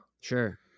Sure